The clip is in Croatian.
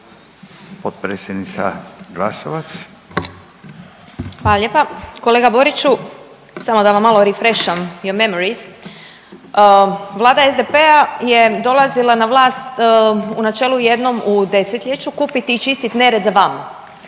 Sabina (SDP)** Hvala lijepa. Kolega Boriću samo da vam malo refresham memorys. Vlada SDP-a je dolazila na vlast u načelu jednom u desetljeću kupiti i čistiti nered za vama.